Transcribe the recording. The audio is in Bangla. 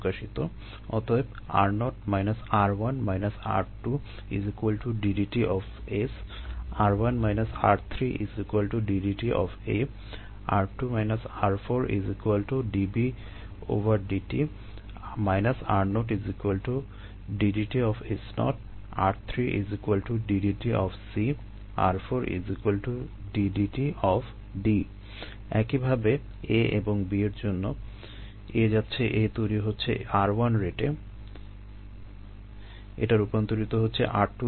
অতএব একইভাবে A এবং B এর জন্য A যাচ্ছে A তৈরি হচ্ছে r1 রেটে এটা রূপান্তরিত হচ্ছে r2 রেটে